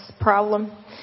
problem